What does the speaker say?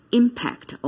impact